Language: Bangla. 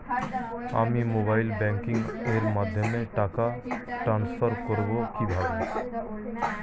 আমি মোবাইল ব্যাংকিং এর মাধ্যমে টাকা টান্সফার করব কিভাবে?